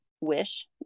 wish